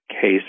case